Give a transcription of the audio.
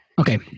okay